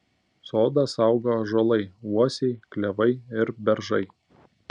sodą saugo ąžuolai uosiai klevai ir beržai